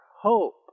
hope